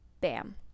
bam